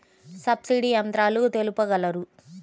Subsidy యంత్రాలు తెలుపగలరు?